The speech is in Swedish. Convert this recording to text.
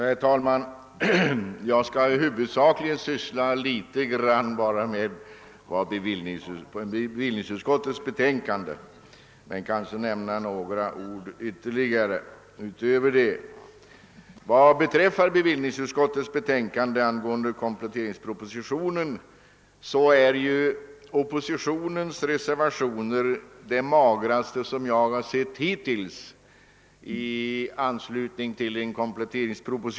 Herr talman! Jag skall huvudsakligen uppehålla mig vid vad som står i bevillningsutskottets betänkande, men jag kanske säger några ord därutöver. Vad beträffar bevillningsutskottets betänkande i anledning av kompletteringspropositionen måste jag säga att oppositionens reservationer är det magraste som jag har sett hittills i detta sammanhang.